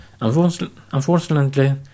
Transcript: Unfortunately